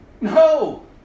No